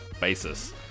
basis